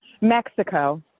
Mexico